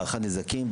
בהערכת נזקים,